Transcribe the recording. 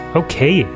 okay